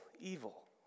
evil